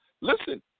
Listen